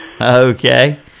Okay